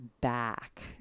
back